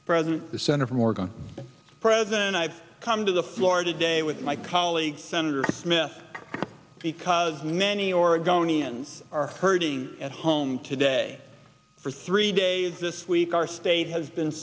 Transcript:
the center for more gun present i've come to the floor today with my colleague senator smith because many oregonians are hurting at home today for three days this week our state has been